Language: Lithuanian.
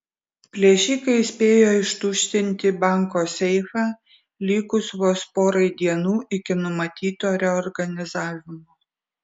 plėšikai spėjo ištuštinti banko seifą likus vos porai dienų iki numatyto reorganizavimo